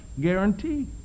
guarantee